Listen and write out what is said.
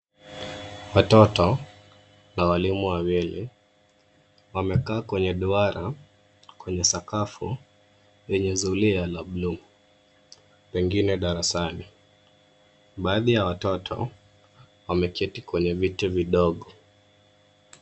Watoto na walimu wawili, wamekaa kwenye duara kwenye sakafu yenye zulia la buluu pengine darasani. Baadhi ya watoto wameketi kwenye viti vidogo.